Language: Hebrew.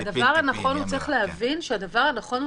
-- אבל צריך להבין שהדבר הנכון הוא